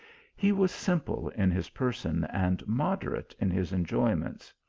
he was simple in his person, and moderate in his enjoyments.